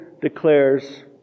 declares